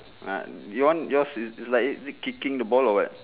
ah your one your is is like is it kicking the ball or what